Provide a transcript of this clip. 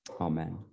Amen